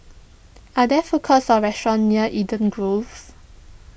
are there food courts or restaurants near Eden Grove